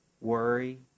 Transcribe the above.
Worry